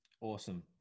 Awesome